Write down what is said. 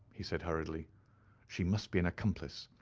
he said, hurriedly she must be an accomplice,